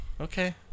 Okay